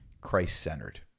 Christ-centered